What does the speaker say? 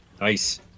Nice